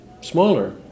smaller